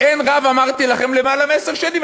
אין רב, אמרתי לכם, למעלה מעשר שנים.